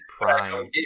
prime